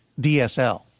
DSL